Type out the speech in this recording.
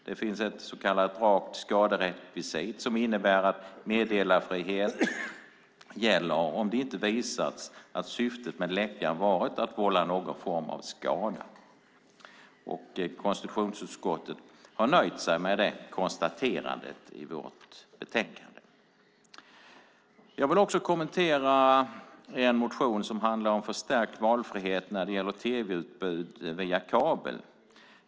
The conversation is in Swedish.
Det finns ett så kallat rakt skaderekvisit som innebär att meddelarfrihet gäller om det inte visats att syftet med läckan varit att vålla någon form av skada. Konstitutionsutskottet har nöjt sig med det konstaterandet i betänkandet. Jag vill också kommentera motionen om förstärkt valfrihet när det gäller tv-utbud via kabel.